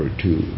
two